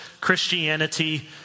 Christianity